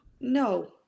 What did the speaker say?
no